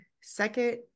second